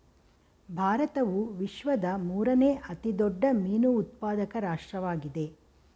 ಭಾರತವು ವಿಶ್ವದ ಮೂರನೇ ಅತಿ ದೊಡ್ಡ ಮೀನು ಉತ್ಪಾದಕ ರಾಷ್ಟ್ರವಾಗಿದೆ